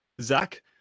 Zach